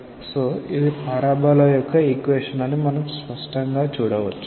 కాబట్టి ఇది పారాబొలా యొక్క ఈక్వేషన్ అని మనం స్పష్టంగా చూడవచ్చు